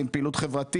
עם פעילות חברתית,